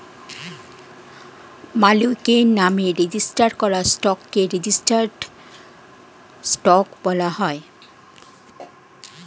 মালিকের নামে রেজিস্টার করা স্টককে রেজিস্টার্ড স্টক বলা হয়